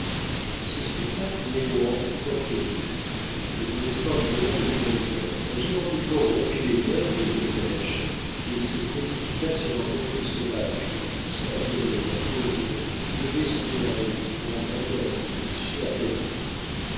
ce spectacle mit heyward hors de lui-même le désespoir lui donna de nouvelles forces un violent effort rompit les liens qui le tenaient attaché et il se précipita sur un autre sauvage qui en poussant un hurlement horrible levait son tomahawk pour en porter un coup plus sûr à sa victime